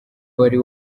wari